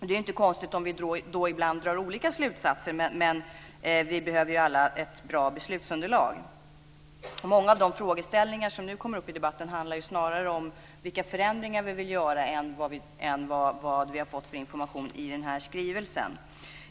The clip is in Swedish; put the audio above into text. Det är inte konstigt om vi då ibland drar lite olika slutsatser, men vi behöver alla ett bra beslutsunderlag. Många av de frågor som nu kommer upp i debatten handlar snarare om vilka förändringar vi vill göra än om vad vi har fått för information i skrivelsen.